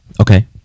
Okay